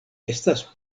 estas